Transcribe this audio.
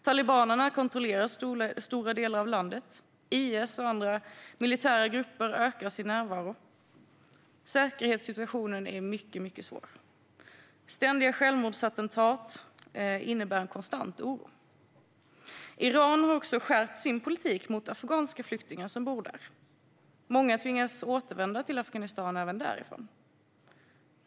Talibanerna kontrollerar stora delar av landet, och IS och andra militära grupper ökar sin närvaro. Säkerhetssituationen är mycket svår. Ständiga självmordsattentat innebär en konstant oro. Iran har också skärpt sin politik mot afghanska flyktingar som bor där, och många tvingas återvända till Afghanistan även därifrån.